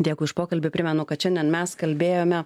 dėkui už pokalbį primenu kad šiandien mes kalbėjome